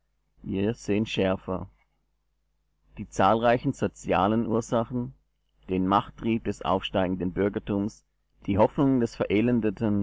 wir sehen schärfer die zahlreichen sozialen ursachen den machttrieb des aufsteigenden bürgertums die hoffnung des